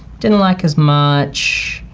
didn't like as much.